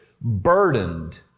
burdened